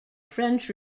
french